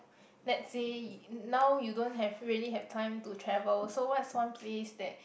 let's say now you don't have really have time to travel so what's one place that